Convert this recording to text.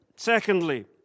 secondly